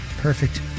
Perfect